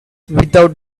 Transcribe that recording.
without